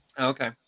Okay